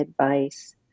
advice